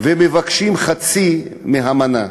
והם מבקשים חצי מהמנה.